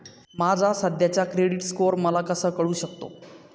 माझा सध्याचा credit score मला कसा कळू शकतो?